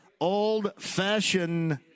old-fashioned